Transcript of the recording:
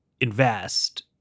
invest